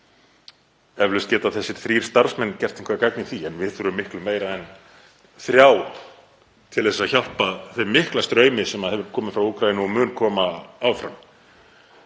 Eflaust geta þessir þrír starfsmenn gert eitthvert gagn í því en við þurfum miklu meira en þrjá til að hjálpa þeim mikla straumi sem hefur komið frá Úkraínu og mun koma áfram.